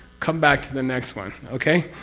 come back to the next one. okay?